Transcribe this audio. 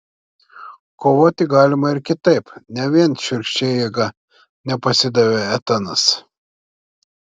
kovoti galima ir kitaip ne vien šiurkščia jėga nepasidavė etanas